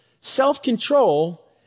self-control